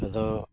ᱟᱫᱚ